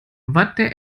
wandte